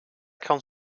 kan